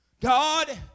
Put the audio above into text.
God